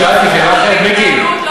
כשיוגש התקציב לכנסת יתאפשר דיון, הן במליאה,